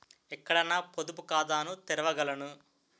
ఎక్కడ నా పొదుపు ఖాతాను తెరవగలను?